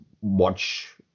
watch